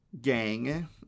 gang